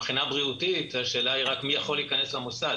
מבחינה בריאותית השאלה היא רק מי יכול להיכנס למוסד.